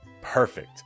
Perfect